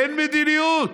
אין מדיניות.